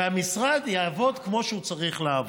והמשרד יעבוד כמו שהוא צריך לעבוד.